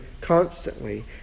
constantly